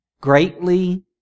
Greatly